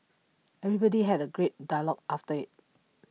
everybody had A great dialogue after IT